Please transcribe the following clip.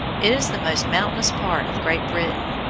it is the most mountainous part of great britain,